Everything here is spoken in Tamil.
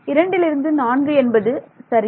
இரண்டிலிருந்து 4 என்பது சரி